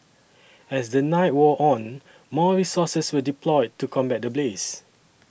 as the night wore on more resources were deployed to combat the blaze